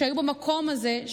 שהיו במקום הזה,